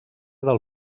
del